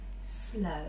slow